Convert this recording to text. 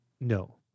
No